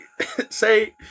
say